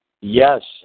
Yes